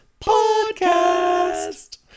podcast